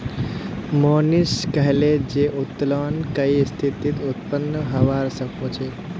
मोहनीश कहले जे उत्तोलन कई स्थितित उत्पन्न हबा सख छ